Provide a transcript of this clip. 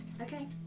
Okay